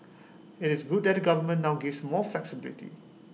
IT is good that the government now gives more flexibility